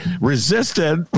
resisted